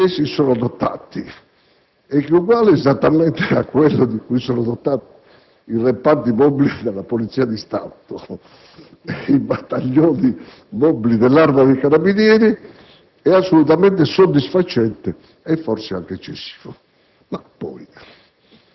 di cui essi sono dotati, che è esattamente uguale a quello dei reparti mobili della Polizia di Stato e dei battaglioni mobili dell'Arma dei carabinieri, è assolutamente soddisfacente e forse anche eccessivo.